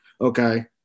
okay